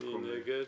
מי נגד?